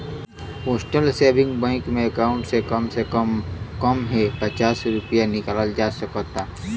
postal saving bank में account से कम से कम हे पचास रूपया निकालल जा सकता